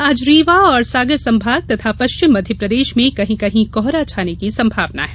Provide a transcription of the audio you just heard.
आज रीवा और सागर संभाग तथा पश्चिम मध्यप्रदेश में कहीं कहीं कोहरा छाने की संभावना है